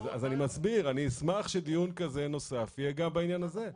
אז אני מסביר אני אשמח שדיון כזה נוסף יהיה גם בעניין הזה.